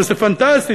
וזה פנטסטי,